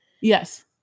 Yes